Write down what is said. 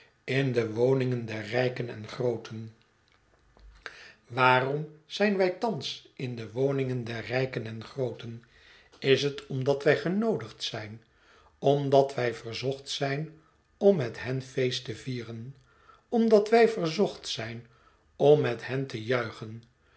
in de woningen der lijken en grooten waarom zijn wij thans in de woningen der rijken en grooten is het omdat wij genoodigd zijn omdat wij verzocht zijn om met hén feest te vieren omdat wij verzocht zijn om met hen te juichen